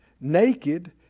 Naked